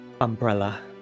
umbrella